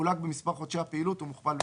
מחולק במספר חודשי הפעילות ומוכפל ב־12."